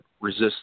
resist